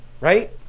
right